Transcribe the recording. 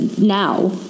now